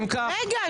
אם כך --- רגע,